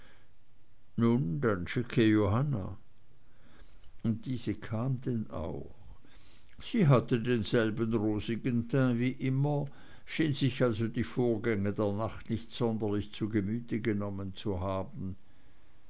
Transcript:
johanna diese kam denn auch sie hatte denselben rosigen teint wie immer schien sich also die vorgänge der nacht nicht sonderlich zu gemüte genommen zu haben